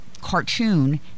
cartoon